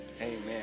amen